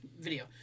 video